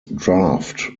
draft